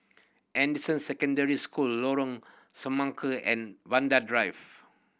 Anderson Secondary School Lorong Semangka and Vanda Drive